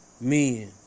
men